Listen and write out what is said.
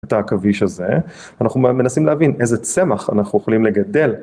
את העכביש הזה, אנחנו מנסים להבין איזה צמח אנחנו יכולים לגדל.